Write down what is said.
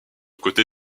côté